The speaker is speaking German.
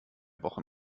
wochen